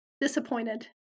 disappointed